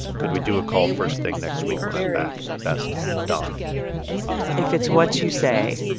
could we do a call first thing next week when i'm back? best, don if it's what you say,